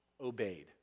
obeyed